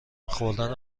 خوردن